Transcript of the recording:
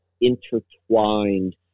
intertwined